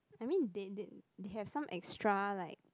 I mean they they had some extra like